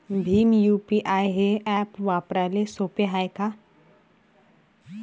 Bhim UPI हे app वापराले सोपे हाय का?